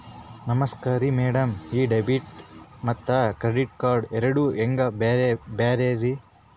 ನಮಸ್ಕಾರ್ರಿ ಮ್ಯಾಡಂ ಈ ಡೆಬಿಟ ಮತ್ತ ಕ್ರೆಡಿಟ್ ಕಾರ್ಡ್ ಎರಡೂ ಹೆಂಗ ಬ್ಯಾರೆ ರಿ?